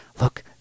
look